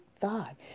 thought